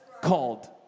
called